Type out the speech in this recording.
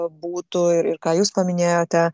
būtų ir ką jūs paminėjote